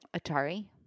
Atari